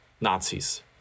Nazis